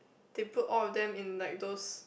to put all of them in like those